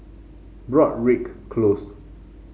Broadrick Close